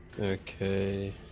Okay